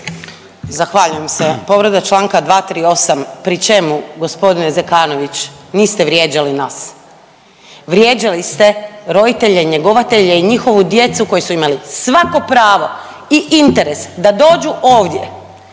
Zahvaljujem se. Povreda čl. 238. pri čemu g. Zekanović niste vrijeđali ste nas. Vrijeđali ste roditelje njegovatelje i njihovu djecu koji su imali svako pravo i interes da dođu ovdje